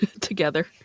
together